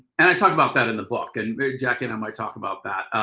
and i talk about that in the book. and jackie and i might talk about that.